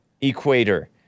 equator